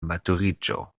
maturiĝo